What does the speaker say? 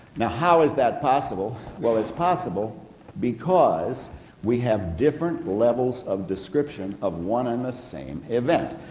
now how is that possible? well it's possible because we have different levels of description of one and the same event.